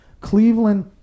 Cleveland